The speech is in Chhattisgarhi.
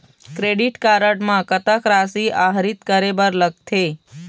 क्रेडिट कारड म कतक राशि आहरित करे बर लगथे?